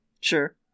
Sure